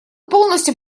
полностью